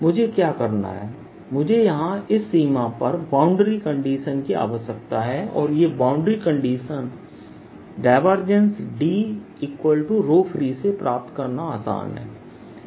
मुझे क्या करना है मुझे यहां इस सीमा पर बाउंड्री कंडीशन की आवश्यकता है और ये बाउंड्री कंडीशन Dfree से प्राप्त करना आसान है